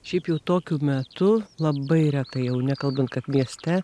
šiaip jau tokiu metu labai retai jau nekalbant kad mieste